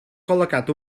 col·locat